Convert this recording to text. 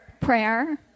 prayer